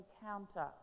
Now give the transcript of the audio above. encounter